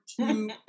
two